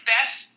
best